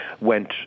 went